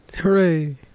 Hooray